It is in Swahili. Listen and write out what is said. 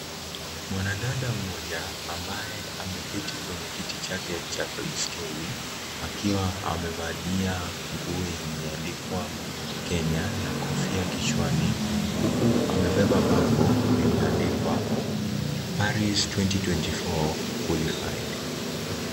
Mwanadada mmoja ambae ameketi kwenye kiti chake cha baiskeli akiwa amevalia nguo yenye imeeandikwa kenya na kofia kichwani huku amebeba bango limeandikwa Paris 2014 qualified .